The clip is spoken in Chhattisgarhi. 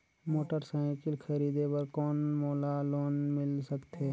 मोटरसाइकिल खरीदे बर कौन मोला लोन मिल सकथे?